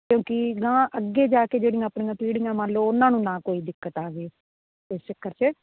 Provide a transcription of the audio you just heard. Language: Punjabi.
ਕਿਉਂਕਿ ਨਾ ਅੱਗੇ ਜਾ ਕੇ ਜਿਹੜੀਆਂ ਆਪਣੀਆਂ ਪੀੜ੍ਹੀਆਂ ਮੰਨ ਲਓ ਉਹਨਾਂ ਨੂੰ ਨਾ ਕੋਈ ਦਿੱਕਤ ਆਵੇ ਇਸ ਚੱਕਰ 'ਚ